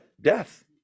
Death